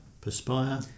perspire